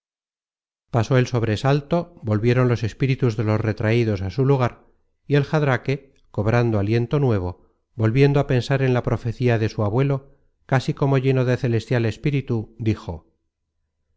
pasó el sobresalto volvieron los espíritus de los retraidos á su lugar y el jadraque cobrando aliento nuevo volviendo á pensar en la profecía de su abuelo casi como lleno de celestial espíritu dijo